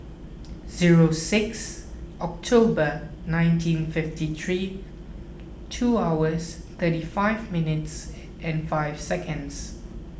zero six October nineteen fifty three two hours thirty five minutes and five seconds